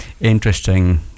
interesting